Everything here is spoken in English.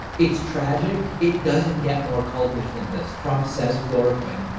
it's tragic. it doesn't get more cultish than this. trump says chloroquine.